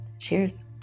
Cheers